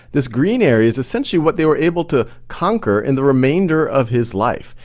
this green area is essentially what they were able to conquer in the remainder of his life.